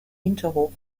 hinterhof